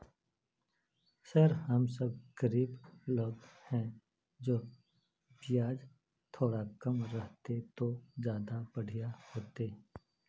sir हम सब गरीब लोग है तो बियाज थोड़ा कम रहते तो ज्यदा बढ़िया होते